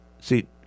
See